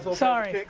so sorry.